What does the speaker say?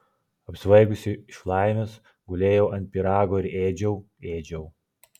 apsvaigusi iš laimės gulėjau ant pyrago ir ėdžiau ėdžiau